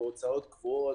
בהוצאות קבועות,